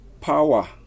power